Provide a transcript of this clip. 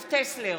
יעקב טסלר,